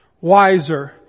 wiser